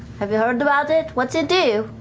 have you heard about it? what's it do?